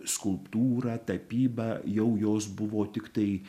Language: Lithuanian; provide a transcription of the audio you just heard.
skulptūra tapyba jau jos buvo tiktai